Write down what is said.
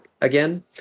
again